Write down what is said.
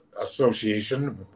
Association